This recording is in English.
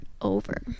over